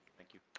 thank you.